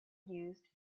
used